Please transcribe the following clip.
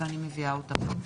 ואני מביאה אותה פה.